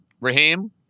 Raheem